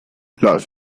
las